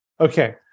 Okay